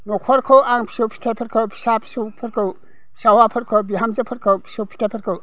न'खरखौ आं फिसौ फिथाइफोरखौ फिसा फिसौफोरखौ फिसा हौवाफोरखौ बिहामजोफोरखौ फिसौ फिथाइफोरखौ